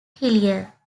hillier